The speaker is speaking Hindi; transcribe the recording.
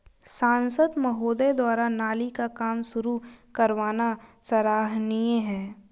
सांसद महोदय द्वारा नाली का काम शुरू करवाना सराहनीय है